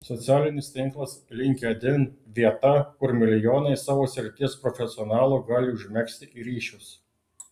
socialinis tinklas linkedin vieta kur milijonai savo srities profesionalų gali užmegzti ryšius